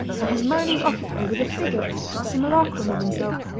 his mind was occupied with the figure or simulacrum of himself,